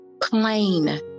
plain